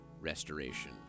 restoration